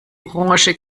orange